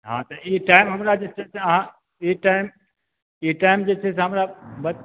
हँ तऽ ई टाइम हमरा जे छै से अहाँ ई टाइम ई टाइम जे छै से हमरा बत